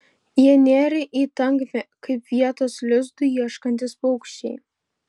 jie nėrė į tankmę kaip vietos lizdui ieškantys paukščiai